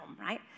right